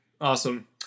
Awesome